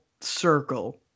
circle